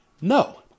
no